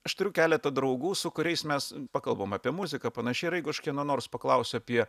aš turiu keletą draugų su kuriais mes pakalbam apie muziką panašiai ir jeigu aš kieno nors paklausiu apie